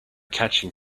catching